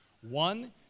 One